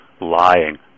lying